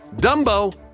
Dumbo